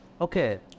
Okay